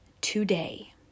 today